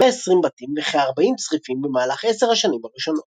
כ-120 בתים וכ40 צריפים במהלך 10 השנים הראשונות.